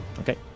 okay